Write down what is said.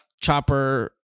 Chopper